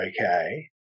okay